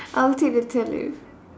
I would take the teleph~